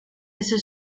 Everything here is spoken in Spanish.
ese